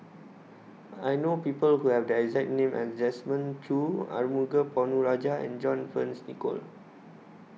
I know People Who Have The exact name as Desmond Choo Arumugam Ponnu Rajah and John Fearns Nicoll